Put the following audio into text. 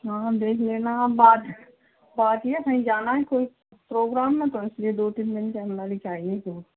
हाँ हम देख लेना आप बात बात ये है कहीं जाना है कोई प्रोग्राम में तो इसलिए दो तीन दिन के अंदर ही चाहिए सूट